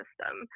system